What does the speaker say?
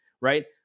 right